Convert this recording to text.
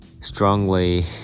strongly